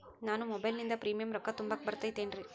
ನಾನು ಮೊಬೈಲಿನಿಂದ್ ಪ್ರೇಮಿಯಂ ರೊಕ್ಕಾ ತುಂಬಾಕ್ ಬರತೈತೇನ್ರೇ?